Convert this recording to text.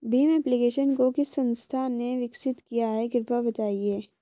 Bhim application को किस संस्था ने विकसित किया है कृपया बताइए?